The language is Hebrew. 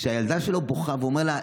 שהילדה שלו בוכה והוא אומר לה,